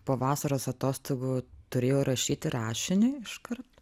po vasaros atostogų turėjau rašyti rašinį iškart